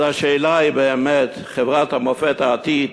אז השאלה היא באמת, חברת המופת, העתיד,